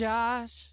Josh